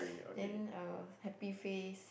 then uh happy face